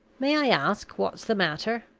may i ask what's the matter?